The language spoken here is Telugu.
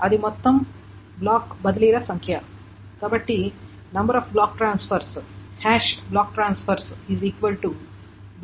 అది మొత్తం బ్లాక్ బదిలీల సంఖ్య కాబట్టి block transfers br nr X bs